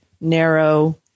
narrow